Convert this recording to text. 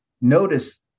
notice